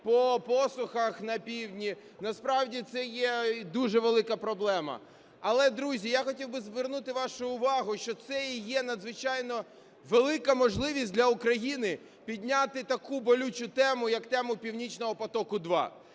по посухах на півдні. Насправді це є дуже велика проблема. Але, друзі, я хотів би звернути вашу увагу, що це є надзвичайно велика можливість для України підняти таку болючу тему, як тему "Північного потоку-2".